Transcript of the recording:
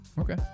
Okay